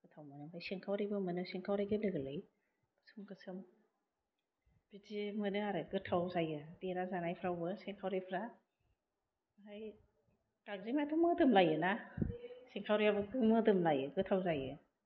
गोथाव मोनो आमफ्राइ सिखावरिबो मोनो सिंखावरि गोरलै गोरलै गोसोम गोसोम बिदि मोनो आरो गोथाव जायो देना जानायफ्रावबो सिंखावरिफ्रा आमफ्राय गांजेमायाथ' मोदोम लायोना सिंखावरियाबोथ' मोदोम लायोना गोथाव जायो